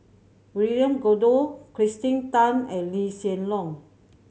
William Goode Kirsten Tan and Lee Hsien Loong